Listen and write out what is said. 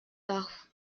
tough